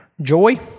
joy